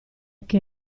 che